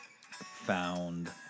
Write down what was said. found